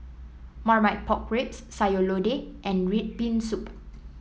Marmite Pork Ribs Sayur Lodeh and red bean soup